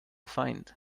find